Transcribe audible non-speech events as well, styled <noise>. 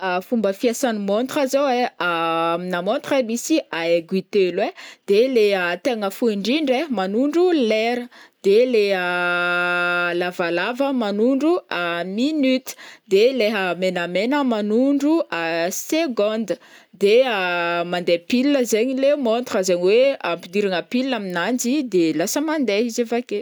<hesitation> Fomba fiasan'ny montre zao e, <hesitation> amina montre e misy aiguille telo e, de leha tegna fohy ndrindra magnondro lera de leha <hesitation> lavalava magnondro <hesitation> minute de leha menamena magnondro second de mande pile zegny le montre, zegny hoe ampidirina pile aminanjy de lasa mande izy avake.